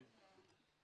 כן.